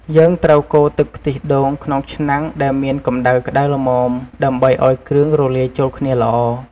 យើងត្រូវកូរទឹកខ្ទិះដូងក្នុងឆ្នាំងដែលមានកម្តៅក្តៅល្មម ដើម្បីឱ្យគ្រឿងរលាយចូលគ្នាល្អ។